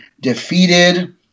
defeated